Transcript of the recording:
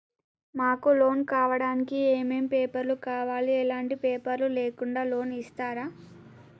మాకు లోన్ కావడానికి ఏమేం పేపర్లు కావాలి ఎలాంటి పేపర్లు లేకుండా లోన్ ఇస్తరా?